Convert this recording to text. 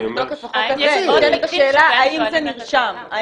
כי מתוקף החוק הזה נשאלת השאלה האם זה נרשם.